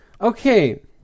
okay